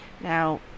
Now